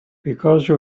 because